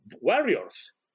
warriors